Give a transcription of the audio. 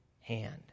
hand